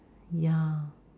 ya